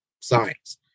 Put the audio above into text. science